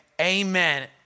Amen